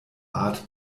art